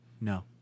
No